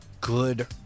good